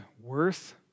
worth